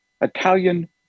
Italian